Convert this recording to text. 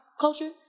culture